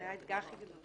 זה האתגר הכי גדול.